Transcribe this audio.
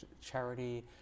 charity